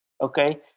okay